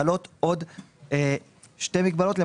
חלות עוד שתי מגבלות.